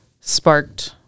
sparked